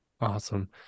Awesome